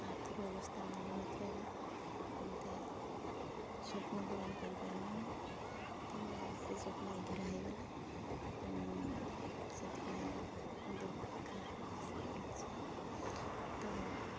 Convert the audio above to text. ଆର୍ଥିକ ଅବସ୍ଥା ଭଲ ନଥିବାରୁ ମୋତେ ସ୍ୱପ୍ନ ପୂରଣ କରି ପାରିବିନି ତ ସେ ସ୍ୱପ୍ନ ଅଧୁରା ହେଇଗଲା ସେଥିପାଇଁ ଦୁଃଖ ପ୍ରକାଶ କରୁଛି ତ